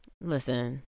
Listen